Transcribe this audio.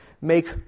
Make